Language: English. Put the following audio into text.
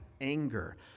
anger